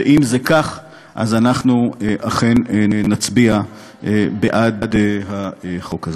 ואם זה כך אז אנחנו אכן נצביע בעד החוק הזה.